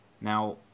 Now